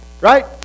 right